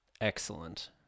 Excellent